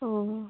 ഓ